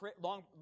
long